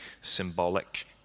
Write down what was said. symbolic